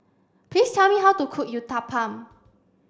please tell me how to cook Uthapam